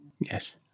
Yes